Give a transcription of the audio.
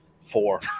four